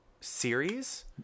series